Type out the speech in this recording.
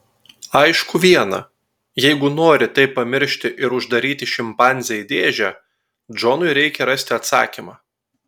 aišku viena jeigu nori tai pamiršti ir uždaryti šimpanzę į dėžę džonui reikia rasti atsakymą